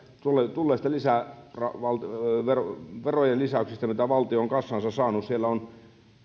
tulleista verojen lisäyksistä mitä valtio on kassaansa saanut siellä on